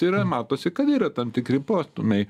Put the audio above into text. tai yra matosi kad yra tam tikri postūmiai